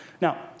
Now